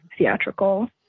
theatrical